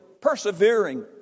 Persevering